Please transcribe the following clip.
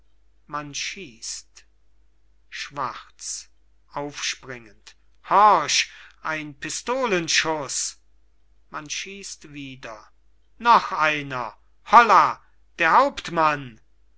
man schießt schwarz aufspringend horch ein pistolenschuß man schießt wieder noch einer holla der hauptmann